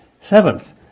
Seventh